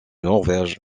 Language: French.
norvège